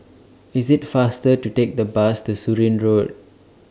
IT IS faster to Take The Bus to Surin Road